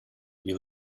you